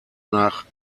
nach